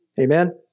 Amen